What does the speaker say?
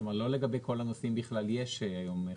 כלומר לא לגבי כל הנושאים בכלל יש היום חקיקה.